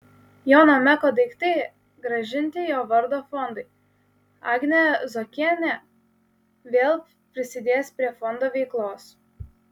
jono meko daiktai grąžinti jo vardo fondui agnė zuokienė vėl prisidės prie fondo veiklos